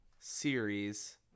series